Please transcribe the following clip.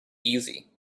easy